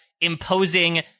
imposing